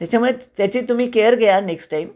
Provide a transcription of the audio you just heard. त्याच्यामुळे त्याची तुम्ही केअर घ्या हा नेक्स्ट टाईम